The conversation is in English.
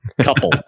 couple